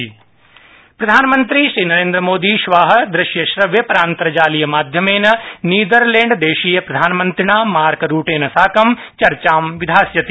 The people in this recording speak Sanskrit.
प्रधानमन्त्री नीदरबैण्ड प्रधानमन्त्री नरेन्द्रमोदी श्व दृश्यक्षव्यपरान्तर्जालीय माध्यमेन नीदरलैण्डदेशीय प्रधानमन्त्रिणा मार्करूटेन साकं चर्चा विधास्यति